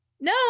no